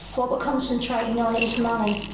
what we are concentrating on is money,